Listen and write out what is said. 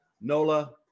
Nola